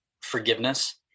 forgiveness